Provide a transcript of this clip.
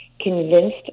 convinced